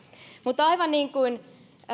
mutta aivan kuten